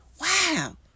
wow